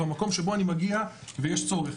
במקום שבו אני מגיע ויש צורך.